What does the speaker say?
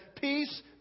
Peace